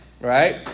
right